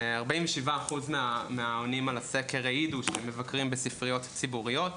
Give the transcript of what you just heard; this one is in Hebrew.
47% מהעונים על הסקר העידו שהם מבקרים בספריות ציבוריות,